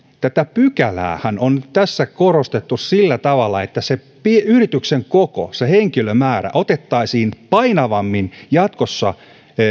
tätä pykäläähän on nyt tässä korostettu sillä tavalla että se yrityksen koko se henkilömäärä otettaisiin painavammin jatkossa